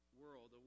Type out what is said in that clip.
world